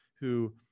who-